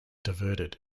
diverted